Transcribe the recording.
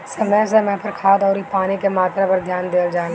समय समय पर खाद अउरी पानी के मात्रा पर ध्यान देहल जला